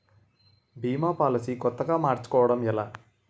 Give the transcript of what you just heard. భీమా policy కొత్తగా మార్చుకోవడం ఎలా?